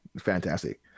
fantastic